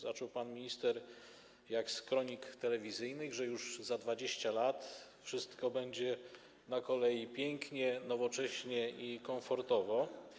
Zaczął pan minister jak w kronikach telewizyjnych, że już za 20 lat wszystko będzie na kolei pięknie, nowocześnie i komfortowo.